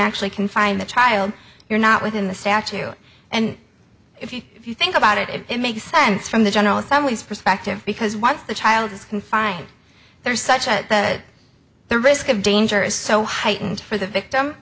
actually confine the child you're not within the statue and if you if you think about it it makes sense from the general assembly's perspective because once the child is confined there is such that the risk of danger is so heightened for the victim